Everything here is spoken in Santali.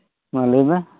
ᱢᱟ ᱞᱟᱹᱭᱢᱮ